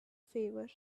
favor